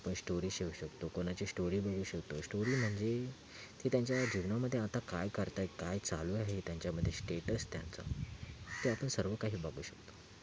आपण स्टोरीज लिहू शकतो कुणाची स्टोरी बघू शकतो स्टोरी म्हणजे ते त्यांच्या जीवनामध्ये आता काय करत आहेत काय चालू आहे त्यांच्यामध्ये स्टेटस त्यांचा ते आपण सर्व काही बघू शकतो